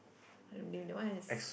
damn lame that one is